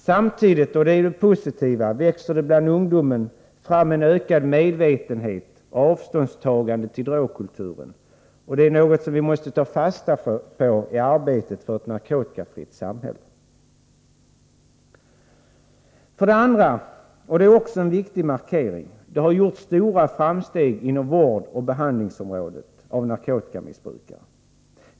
Samtidigt — och det är det positiva — växer det bland ungdomen fram en ökad medvetenhet och ett avståndstagande när det gäller drogkulturen, och det är något vi måste ta fasta på i arbetet för ett För det andra — och det är också en viktig markering — har det gjorts stora framsteg inom vårdoch behandlingsområdet.